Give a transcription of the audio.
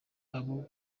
abo